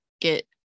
get